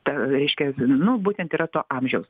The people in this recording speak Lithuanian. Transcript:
tą reiškia nu būtent yra to amžiaus